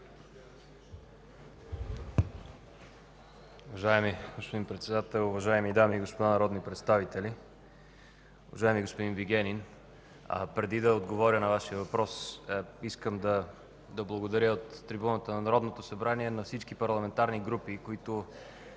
Уважаеми господин Председател, уважаеми дами и господа народни представители! Уважаеми господин Вигенин, преди да отговоря на Вашия въпрос, искам да благодаря от трибуната на Народното събрание на всички парламентарни групи, които